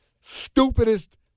stupidest